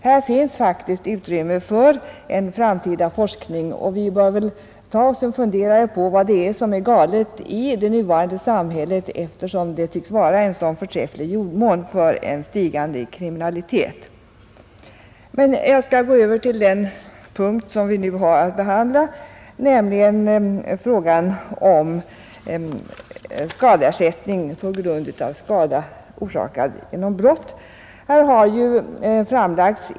Här är faktiskt utrymme för en framtida forskning. Vi bör ta oss en funderare på vad det är som är galet i det nuvarande samhället, eftersom det tycks vara en så förträfflig jordmån för en ökande kriminalitet. Jag skall gå över till den punkt vi nu har att behandla, nämligen frågan om ersättning på grund av skada orsakad genom brott.